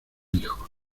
hijo